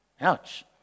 Ouch